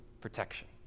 protection